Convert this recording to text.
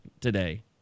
today